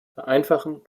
vereinfachen